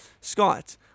Scott